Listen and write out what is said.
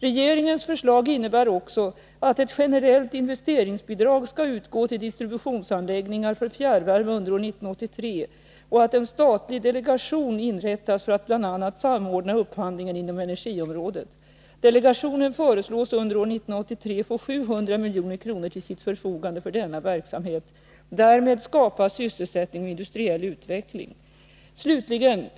Regeringens förslag innebär också att ett generellt investeringsbidrag skall utgå till distributionsanläggningar för fjärrvärme under år 1983 och att en statlig delegation inrättas för att bl.a. samordna upphandlingen inom energiområdet. Delegationen föreslås under år 1983 få 700 milj.kr. till sitt förfogande för denna verksamhet. Därmed skapas sysselsättning och industriell utveckling.